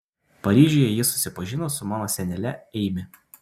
paryžiuje jis susipažino su mano senele eimi